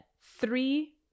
three